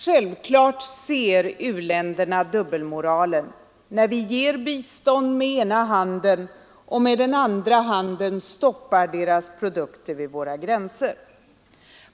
Självfallet ser u-länderna dubbelmoralen när vi ger bistånd med ena handen och med den andra handen stoppar deras produkter vid våra gränser.